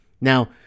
now